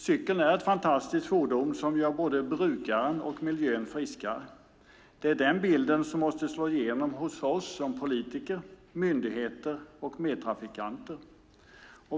Cykeln är ett fantastiskt fordon som gör både brukaren och miljön friskare. Det är den bilden som måste slå igenom hos oss politiker, myndigheter och medtrafikanter.